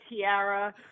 tiara